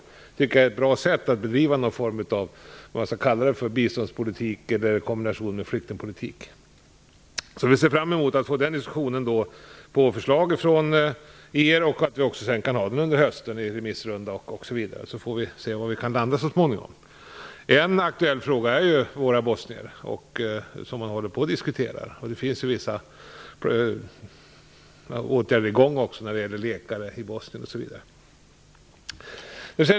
Jag tycker att det är ett bra sätt att bedriva någon form av biståndspolitik i kombination med flyktingpolitik. Vi ser fram emot att få förslag från er och att vi sedan kan ha en diskussion under hösten i en remissrunda osv. Sedan får vi se var vi kan landa så småningom. En aktuell fråga är den om våra bosnier. Den håller man ju på att diskutera. Det finns ju vissa åtgärder som pågår också, t.ex. läkare i Bosnien osv.